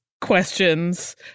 questions